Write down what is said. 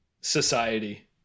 society